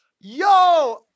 Yo